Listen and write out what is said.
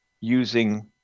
using